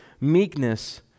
Meekness